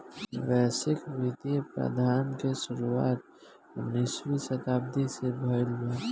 वैश्विक वित्तीय प्रबंधन के शुरुआत उन्नीसवीं शताब्दी में भईल रहे